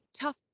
tough